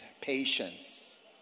patience